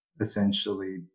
essentially